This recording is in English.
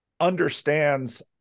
understands